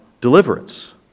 deliverance